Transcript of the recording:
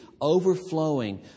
overflowing